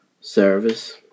service